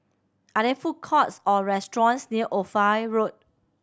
are there food courts or restaurants near Ophir Road